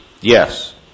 Yes